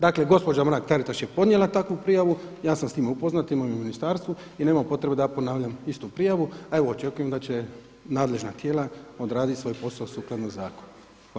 Dakle, gospođa Mrak-Taritaš je podnijela takvu prijavu, ja sam s time upoznat, imamo u ministarstvu i nema potrebe da ponavljam istu prijavu a evo očekujem da će nadležna tijela odraditi svoj posao sukladno zakonu.